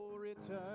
return